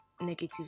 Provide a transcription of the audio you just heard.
Negative